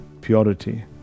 purity